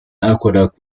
aqueduct